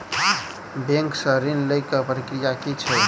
Bank सऽ ऋण लेय केँ प्रक्रिया की छीयै?